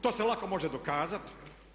To se lako može dokazati.